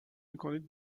میکنید